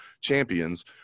champions